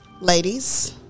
ladies